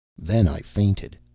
then i fainted.